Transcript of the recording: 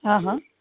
હં હં